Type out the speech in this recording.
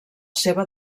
seva